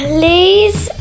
Please